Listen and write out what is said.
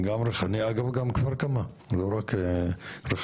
גם בריחאניה וגם בכפר כמא, לא רק ריחאניה.